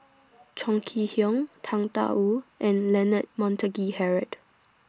Chong Kee Hiong Tang DA Wu and Leonard Montague Harrod